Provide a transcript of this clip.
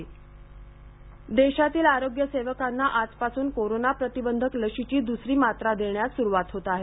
corona लसीकरण देशातील आरोग्य सेवकांना आजपासून कोरोना प्रतिबंधक लशीची दूसरी मात्रा देण्यास सुरुवात होणार आहे